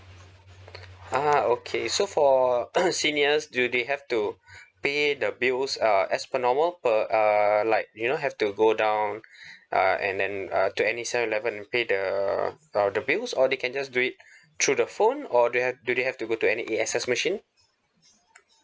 uh okay so for seniors do they have to pay the bills uh as per normal per uh like you know have to go down uh and then uh to any seven eleven to pay the uh the bills or they can just do it through the phone or they have do they have to go to any A_X_S machine